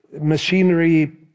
machinery